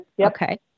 Okay